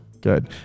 good